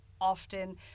often